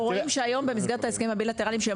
אנחנו רואים שהיום במסגרת ההסכמים הבילטרליים שהם